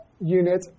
unit